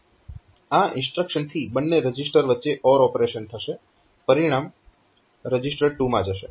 આ ઇન્સ્ટ્રક્શનથી બંને રજીસ્ટર વચ્ચે OR ઓપરેશન થશે પરિણામ રજીસ્ટર2 માં જશે